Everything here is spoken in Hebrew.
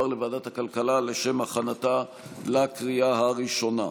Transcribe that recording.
לוועדת הכלכלה לשם הכנתה לקריאה הראשונה.